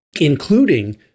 including